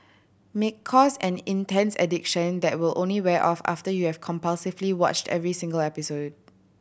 may cause an intense addiction that will only wear off after you have compulsively watched every single episode